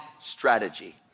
strategy